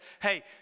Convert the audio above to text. Hey